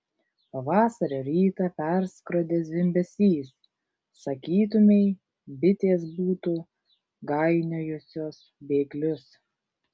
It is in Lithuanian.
pavasario rytą perskrodė zvimbesys sakytumei bitės būtų gainiojusios bėglius